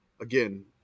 again